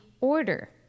order